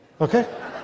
Okay